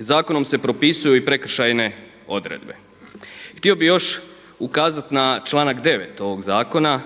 Zakonom se propisuju i prekršajne odredbe. Htio bih još ukazati na članak 9. ovog zakona